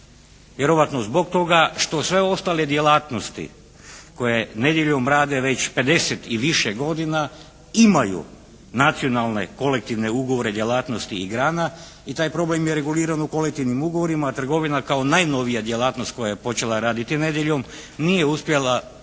Vjerojatno zbog toga što sve ostale djelatnosti koje nedjeljom rade već 50 i više godina imaju nacionalne kolektivne ugovore djelatnosti i grana i taj problem je reguliran u kolektivnim ugovorima, a trgovina kao najnovija djelatnost koja je počela raditi nedjeljom nije uspjela dobro